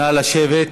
נא לשבת.